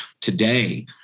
today